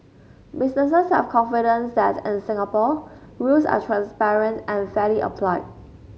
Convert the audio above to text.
businesses have confidence that in Singapore rules are transparent and fairly applied